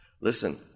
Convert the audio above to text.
listen